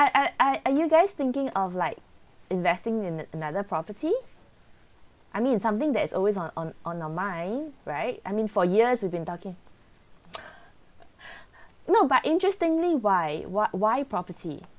are are are guys thinking of like investing in another property I mean it's something that is always on on on your mind right I mean for years we've been talking no but interestingly why why why property